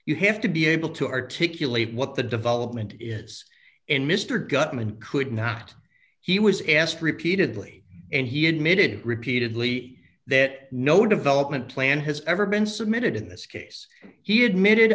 you have to be able to articulate what the development is in mr gutman could not he was asked repeatedly and he admitted repeatedly that no development plan has ever been submitted in this case he admitted